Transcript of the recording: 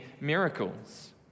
miracles